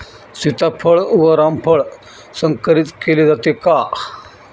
सीताफळ व रामफळ संकरित केले जाते का?